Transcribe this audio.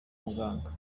muganga